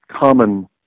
common